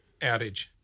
outage